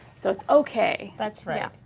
so it's okay. that's right. yeah